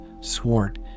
swart